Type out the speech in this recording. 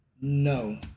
No